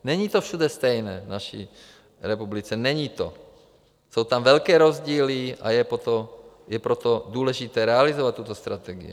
Není to všude stejné v naší republice, není to, jsou tam velké rozdíly, a je proto důležité realizovat tuto strategii: